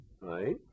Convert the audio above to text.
right